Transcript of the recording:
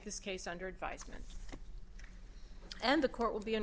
this case under advisement and the court will be